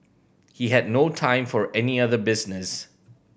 he had no time for any other business